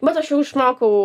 bet aš jau išmokau